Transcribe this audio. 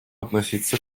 относиться